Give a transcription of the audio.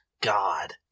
God